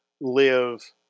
live